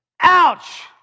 ouch